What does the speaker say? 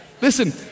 Listen